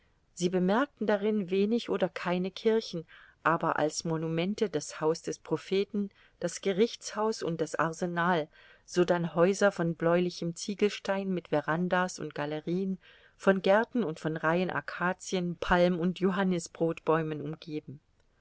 sie bemerkten darin wenig oder keine kirchen aber als monumente das haus des propheten das gerichtshaus und das arsenal sodann häuser von bläulichem ziegelstein mit verandas und galerien von gärten und von reihen akazien palm und johannisbrodbäumen umgeben